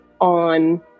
on